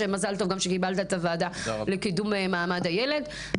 שמזל טוב שקיבלת את הוועדה לקידום מעמד הילד נמצא כאן.